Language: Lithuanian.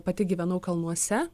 pati gyvenau kalnuose